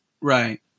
Right